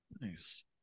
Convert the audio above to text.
Nice